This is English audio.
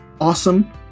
Awesome